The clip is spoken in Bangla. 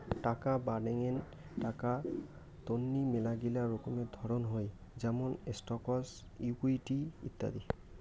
টাকা বাডেঙ্নি টাকা তন্নি মেলাগিলা রকমের ধরণ হই যেমন স্টকস, ইকুইটি ইত্যাদি